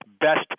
best